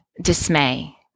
dismay